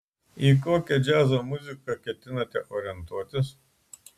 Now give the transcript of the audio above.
į kokią džiazo muziką ketinate orientuotis